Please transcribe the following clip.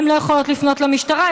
הן לא יכולות לפנות למשטרה,